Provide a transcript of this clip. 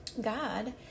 God